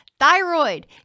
thyroid